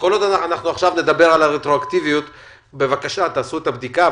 אנחנו מדברים על הרטרואקטיביות אני מבקש שתעשו את הבדיקה,